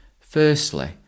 Firstly